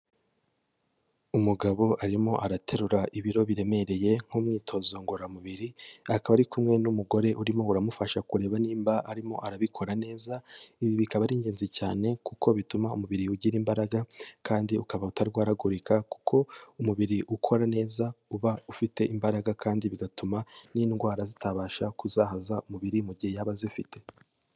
Umugabo arimo araterura ibiro biremereye nk'umwitozo ngororamubiri, akaba ari kumwe n'umugore urimo uramufasha kureba nimba arimo arabikora neza, ibi bikaba ari ingenzi cyane kuko bituma umubiri ugira imbaraga kandi ukaba utarwaragurika, kuko umubiri ukora neza uba ufite imbaraga, kandi bigatuma n'indwara zitabasha kuzahaza umubiri mu gihe yaba azifite.